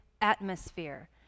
atmosphere